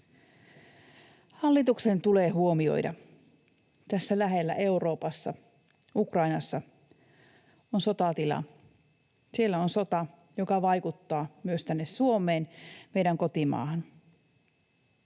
Hallituksen tulee huomioida, että tässä lähellä Euroopassa, Ukrainassa on sotatila. Siellä on sota, joka vaikuttaa myös tänne Suomeen, meidän kotimaahan.